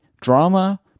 drama